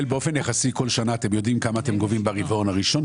באופן יחסי כל שנה אתם יודעים כמה אתם גובים ברבעון הראשון?